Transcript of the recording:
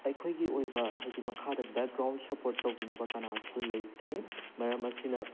ꯑꯩꯈꯣꯏꯒꯤ ꯑꯣꯏꯕ ꯍꯥꯏꯗꯤ ꯃꯈꯥꯗ ꯕꯦꯛꯒ꯭ꯔꯥꯎꯟ ꯁꯄꯣꯔꯠ ꯇꯧꯕꯅꯤꯅꯕ ꯀꯅꯥꯁꯨ ꯂꯩꯇꯦ ꯃꯔꯝ ꯑꯁꯤꯅ